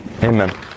Amen